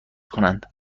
کنند